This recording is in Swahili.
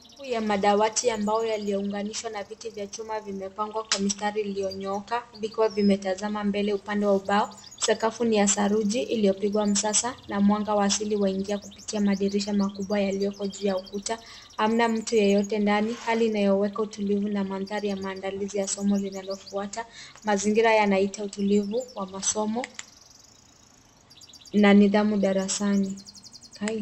Safu ya madawati ambao yaliunganishwa na viti vya chuma vimepangwa kwa mistari iliyonyooka vikiwa vimetazama mbele upande wa ubao. Sakafu ni ya saruji iliyopigwa msasa na mwanga wa asili waingia kupitia madirisha makubwa yaliyoko juu ya ukuta. Hamna mtu yeyote ndani, hali inayoweka utulivu na mandhari ya maandalizi ya somo linalofuata. Mazingira yanaita utulivu wa masomo na nidhamu darasani.